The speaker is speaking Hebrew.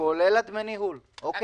חייב